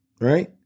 right